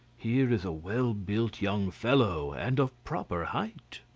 here is a well-built young fellow, and of proper height.